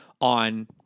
on